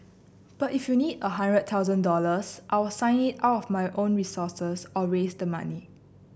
but if you need a hundred thousand dollars I'll sign it out of my own resources or raise the money